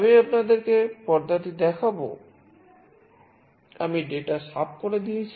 আমি আপনাদের কে পর্দাটি দেখাবো আমি ডেটা সাফ করে দিয়েছি